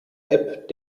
app